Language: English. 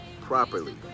properly